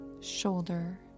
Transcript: shoulder